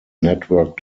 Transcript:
network